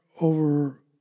over